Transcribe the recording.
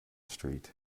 street